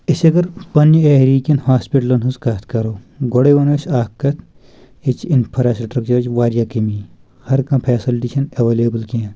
ٲسۍ اگر پننہِ ایریا ہِکٮ۪ن ہاسپٹلن ہنٛز کتھ کرو گۄڑے ونو ٲسۍ اکھ کتھ ییتہِ چھِ انفراسٹرکچرٕچ واریاہ کمی ہر کانٛہہ فیسلٹی چھنہٕ ایٚولیبٕلۍ کینٛہہ